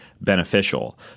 Beneficial